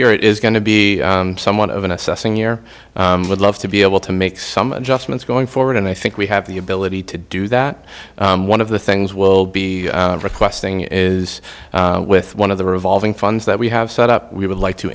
it is going to be somewhat of an assessing year would love to be able to make some adjustments going forward and i think we have the ability to do that one of the things will be requesting is with one of the revolving funds that we have set up we would like to